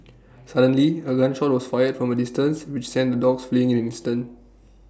suddenly A gun shot was fired from A distance which sent the dogs fleeing in an instant